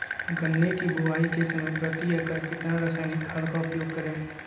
गन्ने की बुवाई के समय प्रति एकड़ कितना रासायनिक खाद का उपयोग करें?